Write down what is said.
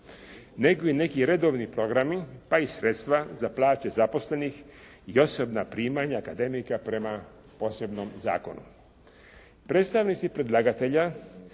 nego i neki redovni programi pa i sredstva za plaće zaposlenih i osobna primanja akademika prema posebnom zakonu. Predstavnici predlagatelja